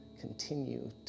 continue